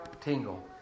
tingle